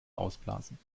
ausblasen